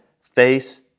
face